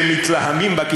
אדוני השר,